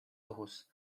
ojos